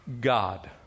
God